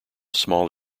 small